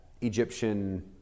Egyptian